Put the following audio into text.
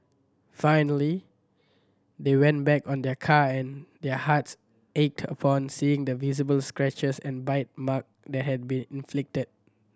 finally they went back on their car and their hearts ached upon seeing the visible scratches and bite mark that had been inflicted